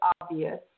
obvious